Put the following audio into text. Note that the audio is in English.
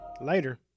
Later